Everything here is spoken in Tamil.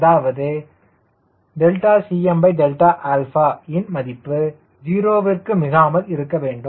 அதாவது CmΔ𝛼 ன் மதிப்பு 0 விற்கு மிகாமல் இருக்க வேண்டும்